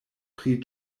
pri